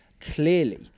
clearly